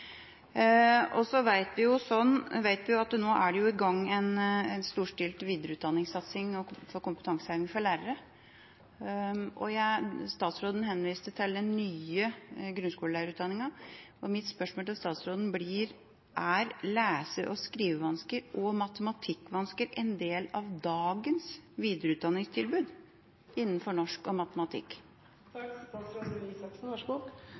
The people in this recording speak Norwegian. og pedagogiske kompetanse, og spesialundervisningsfeltet. Så vet vi at nå er det i gang en storstilt satsing på videreutdanning for kompetanseheving av lærere, og statsråden henviste til den nye grunnskolelærerutdanningen. Mitt spørsmål til statsråden blir: Er videreutdanning i forbindelse med lese- og skrivevansker og matematikkvansker en del av dagens videreutdanningstilbud innenfor norsk og